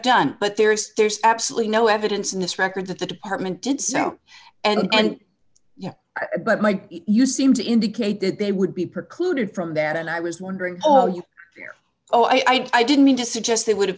done but there is there's absolutely no evidence in this record that the department did so and yeah but my you seem to indicate that they would be precluded from that and i was wondering oh you hear oh i didn't mean to suggest they would have